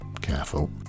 Careful